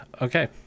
Okay